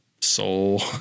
soul